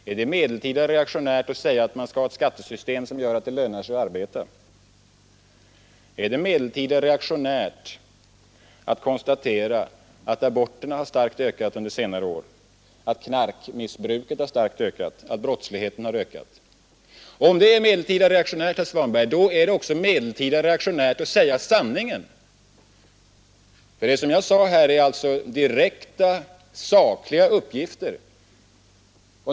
Är det medeltida reaktionärt att säga att man skall ha ett skattesystem, som gör att det lönar sig att arbeta? Är det medeltida reaktionärt att konstatera att antalet aborter starkt ökat under senare år liksom knarkmissbruket och brottsligheten? Om detta är medeltida reaktionärt, är det också medeltida reaktionärt att säga sanningen. Det som jag här talat om är direkta sakliga uppgifter.